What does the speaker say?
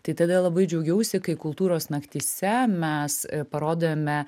tai tada labai džiaugiausi kai kultūros naktyse mes parodėme